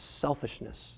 selfishness